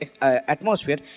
atmosphere